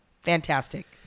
Fantastic